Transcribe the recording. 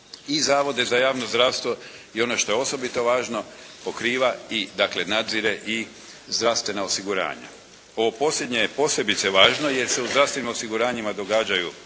I zavode za javno zdravstvo. I ono što je osobito važno pokriva i dakle nadzire i zdravstvena osiguranja. Ovo posljednje je posebice važno jer se u zdravstvenim osiguranjima događaju